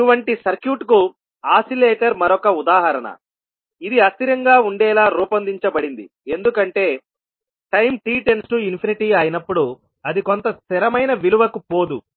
అటువంటి సర్క్యూట్కు ఆసిలేటర్ మరొక ఉదాహరణ ఇది అస్థిరంగా ఉండేలా రూపొందించబడింది ఎందుకంటే టైం t→∞ అయినప్పుడు అది కొంత స్థిరమైన విలువకు పోదు